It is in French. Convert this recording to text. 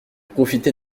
profiter